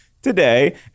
Today